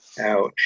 Ouch